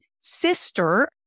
sister